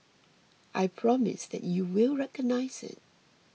I promise that you will recognise it